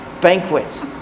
banquet